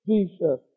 Jesus